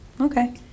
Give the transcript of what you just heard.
Okay